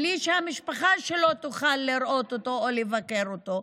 בלי שהמשפחה שלו תוכל לראות אותו או לבקר אותו.